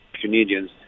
Canadians